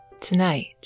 Tonight